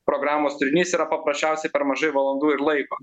programos turinys yra paprasčiausiai per mažai valandų ir laiko